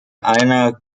einer